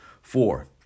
Four